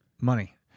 Money